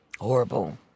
Horrible